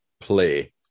play